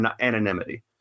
anonymity